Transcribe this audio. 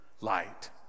light